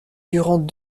durant